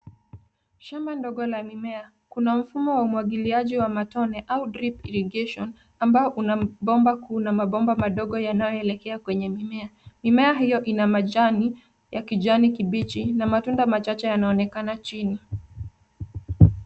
Shamba ndogo la mimea kuna mfumo wa umwagiliaji wa matone au drip irrigation ambao una bomba kuu na mabomba madogo yanayoelekea kwenye mimea. Mimea hiyo ina majani ya kijani kibichi na matunda machache yanaonekana chini.